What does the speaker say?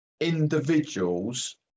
individuals